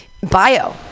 bio